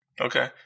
Okay